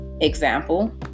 Example